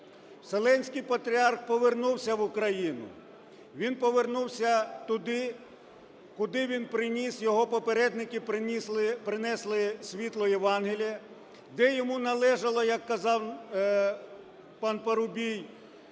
Вселенський Патріарх повернувся в Україну, він повернувся туди, куди він приніс, його попередники принесли світло "Євангелія", де його належало, як казав пан Парубій,